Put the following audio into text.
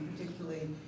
particularly